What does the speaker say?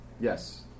Yes